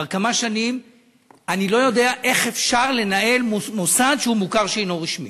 כבר כמה שנים אני לא יודע איך אפשר לנהל מוסד שהוא מוכר שאינו רשמי.